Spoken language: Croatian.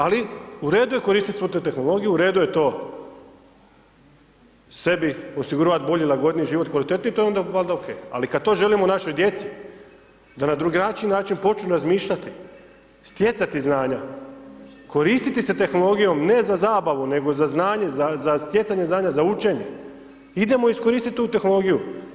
Ali u redu je koristit svu tu tehnologiju, u redu je to sebi osiguravat bolji i lagodni život i kvalitetniji to je onda valjda OK, ali kad to želimo našoj djeci da na drugačiji način počnu razmišljati, stjecati znanja, koristiti se tehnologijom ne za zabavu nego za znanje, za stjecanje znanja za učenje, idemo iskoristit tu tehnologiju.